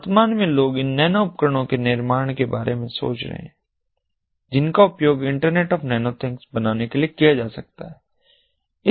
वर्तमान में लोग इन नैनो उपकरणों के निर्माण के बारे में सोच रहे हैं जिनका उपयोग इंटरनेट ऑफ नैनो थिंग्स बनाने के लिए किया जा सकता है